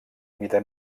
mida